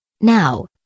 Now